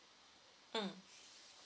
mm